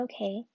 okay